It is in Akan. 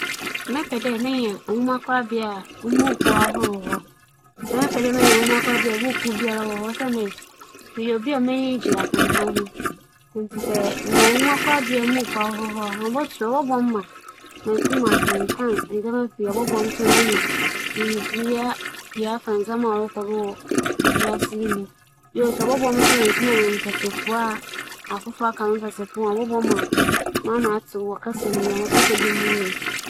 Mebɛpɛ dɛ mebenya mankasa m'edwin dan a mfonyin biara a wͻayɛ no pɛn bͻwͻ mu kyɛn dɛ mebenya mankasa mo nwoma korabea a nwoma biara wͻakyerɛ no pɛn no wͻ mu siantsir nye dɛ, mennyɛ obi a m'enyi gye akenkan ho na mbom mfonyin dze, efa na ehwɛ no kae a, ibohu dza odwimfo no rohwehwɛ aka nna mbrɛ osi nya nsunsuando wͻ wo do na akenkan dze ͻmmfa ho buukuu dodow a ogu hͻ no, munnkotum akenkan osiandɛ m'ennyi nngye akenkan ho ntsi.